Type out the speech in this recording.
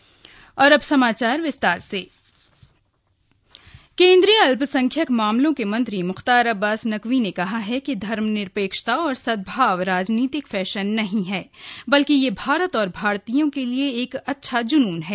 मुख्तार अब्बास नकवी केन्द्रीय अल्पसंख्यक मामलों के मंत्री मुख्तार अब्बास नकवी ने कहा है कि धर्मनिरपेक्षता और सद्भाव राजनीतिक फैशन नहीं है बल्कि यह भारत और भारतीयों के लिए एक अच्छा जुनून है